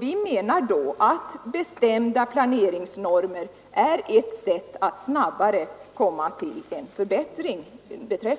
Vi menar då att bestämda planeringsnormer är ett sätt att snabbare komma fram till en förbättring